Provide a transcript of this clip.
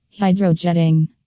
Hydrojetting